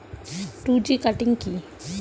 Two G cutting কি?